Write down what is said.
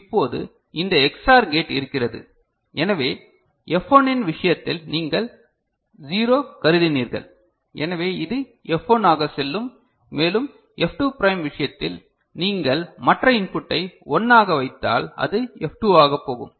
இப்போது இந்த XOR gate இருக்கிறது எனவே F1 இன் விஷயத்தில் நீங்கள் 0 கருதினீர்கள் எனவே இது F1 ஆக செல்லும் மேலும் F2 ப்ரைம் விஷயத்தில் நீங்கள் மற்ற இன்புட்டை 1 ஆக வைத்தால் அது F2 ஆக போகும்